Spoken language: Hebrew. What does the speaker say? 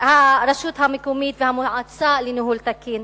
הרשות המקומית והמועצה לניהול תקין.